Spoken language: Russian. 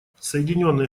соединенные